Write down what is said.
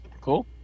Cool